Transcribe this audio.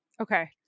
Okay